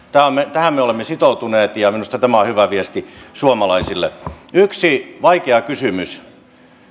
tähän me olemme sitoutuneet ja minusta tämä on hyvä viesti suomalaisille yksi vaikea kysymys